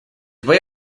way